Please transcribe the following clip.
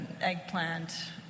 eggplant